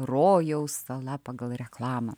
rojaus sala pagal reklamą